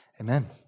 amen